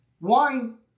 wine